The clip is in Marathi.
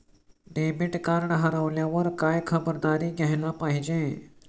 डेबिट कार्ड हरवल्यावर काय खबरदारी घ्यायला पाहिजे?